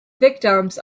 victims